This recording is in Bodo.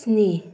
स्नि